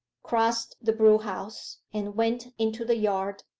crossed the brewhouse, and went into the yard.